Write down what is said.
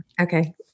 okay